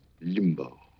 limbo